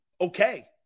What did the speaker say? okay